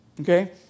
Okay